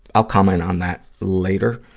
i'll comment on that later.